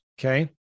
okay